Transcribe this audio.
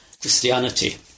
Christianity